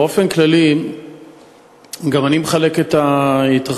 באופן כללי גם אני מחלק את ההתרחשויות,